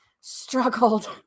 struggled